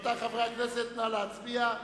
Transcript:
רבותי חברי הכנסת, נא להצביע.